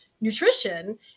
nutrition